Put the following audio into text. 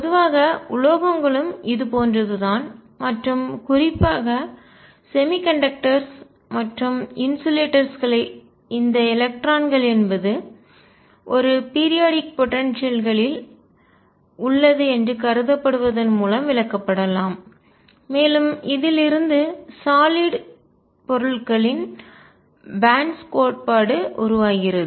பொதுவாக உலோகங்களும் இது போன்றதுதான் மற்றும் குறிப்பாக செமிகண்டக்டர்ஸ் குறைக்கடத்திகள் மற்றும் இன்சுலேட்டர்ஸ் மின்தேக்கிகள் களை இந்த எலக்ட்ரான்கள் என்பது ஒரு பீரியாடிக் போடன்சியல்களில் குறிப்பிட்ட கால இடைவெளி ஆற்றல் உள்ளது என்று கருதப்படுவதன் மூலம் விளக்கப்படலாம் மேலும் இதிலிருந்து சாலிட் திட பொருட்களின் பேன்ட்ஸ் பட்டைகள் கோட்பாடு உருவாகிறது